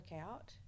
out